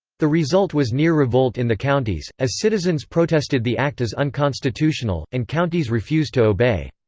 the result was near-revolt in the counties, as citizens protested the act as unconstitutional, and counties refused to obey.